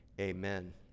Amen